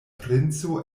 princo